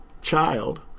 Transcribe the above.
child